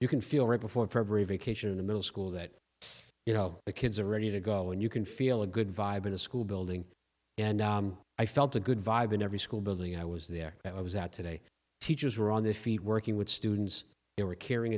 you can feel right before for every vacation in the middle school that you know the kids are ready to go and you can feel a good vibe in a school building and i felt a good vibe in every school building i was there that was out today teachers were on their feet working with students they were caring